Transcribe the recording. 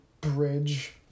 Bridge